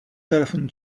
telefonní